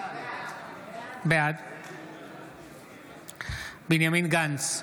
בעד בנימין גנץ,